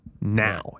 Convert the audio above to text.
now